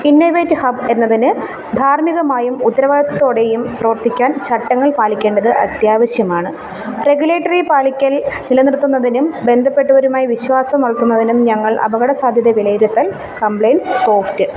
innovate hub എന്നതിന് ധാർമ്മികമായും ഉത്തരവാദിത്വത്തോടെയും പ്രവർത്തിക്കാൻ ചട്ടങ്ങൾ പാലിക്കേണ്ടത് അത്യാവശ്യമാണ് റെഗുലേറ്ററി പാലിക്കൽ നിലനിർത്തുന്നതിനും ബന്ധപ്പെട്ടവരുമായി വിശ്വാസം വളർത്തുന്നതിനും ഞങ്ങൾ അപകടസാധ്യത വിലയിരുത്തൽ കംപ്ലയൻസ് സോഫ്റ്റ്